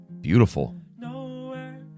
Beautiful